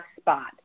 spot